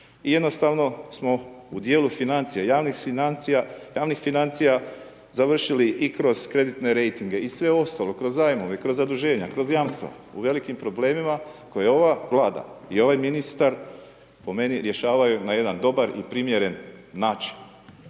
i jednostavno smo u dijelu financija, javnih financija završili i kroz kreditne rejtinge i sve ostalo, kroz zajmove, kroz zaduženja, kroz jamstva u velikim problemima koje ova Vlada i ovaj ministar po meni rješavaju na jedan dobar i primjeren način.